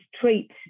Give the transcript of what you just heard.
treat